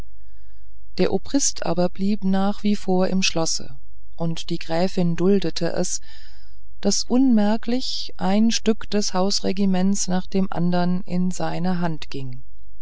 der obrist aber blieb nach wie vor im schlosse und die gräfin duldete es daß unmerklich ein stück des hausregiments nach dem andern in seine hand ging